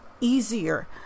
easier